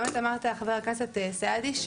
באמת אמרת חבר הכנסת סעדי,